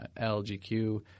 LGQ